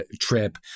trip